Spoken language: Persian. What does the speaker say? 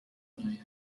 میآید